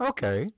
Okay